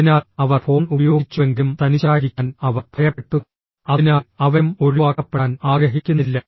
അതിനാൽ അവർ ഫോൺ ഉപയോഗിച്ചുവെങ്കിലും തനിച്ചായിരിക്കാൻ അവർ ഭയപ്പെട്ടു അതിനാൽ അവരും ഒഴിവാക്കപ്പെടാൻ ആഗ്രഹിക്കുന്നില്ല